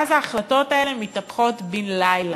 ואז ההחלטות האלה מתהפכות בן-לילה,